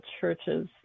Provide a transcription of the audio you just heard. churches